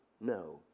No